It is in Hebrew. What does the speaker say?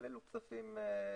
אבל אלה כספים מסוימים,